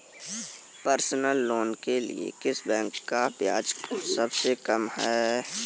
Personal loan के लिए किस बैंक का ब्याज सबसे कम है?